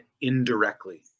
indirectly